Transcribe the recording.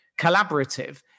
collaborative